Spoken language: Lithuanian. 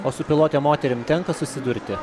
o su pilotėm moterim tenka susidurti